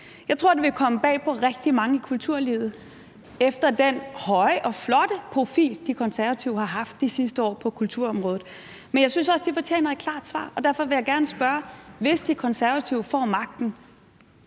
Jeg tror, det vil komme bag på rigtig mange i kulturlivet efter den høje og flotte profil, De Konservative har haft de sidste år på kulturområdet. Men jeg synes også, det fortjener et klart svar, og derfor vil jeg gerne spørge: Hvis De Konservative får magten,